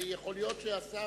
ויכול להיות שהשר